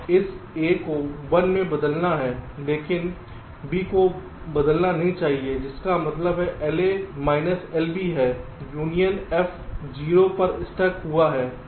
इस A को 1 में बदलना है लेकिन B को बदलना नहीं चाहिए जिसका मतलब LA माइनस LB है यूनियन F 0 पर स्टक हुआ है